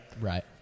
Right